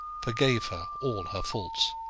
forgave her all her faults.